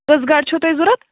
کٔژ گاڈِ چھَو تۄہہِ ضوٚرتھ